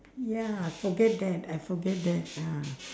ya forget that I forget that ah